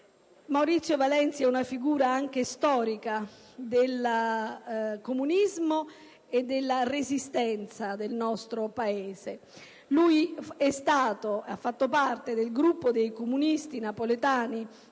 Maurizio Valenzi è una figura anche storica del comunismo e della Resistenza del nostro Paese: ha fatto parte del gruppo dei comunisti napoletani